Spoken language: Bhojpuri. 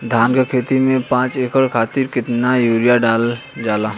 धान क खेती में पांच एकड़ खातिर कितना यूरिया डालल जाला?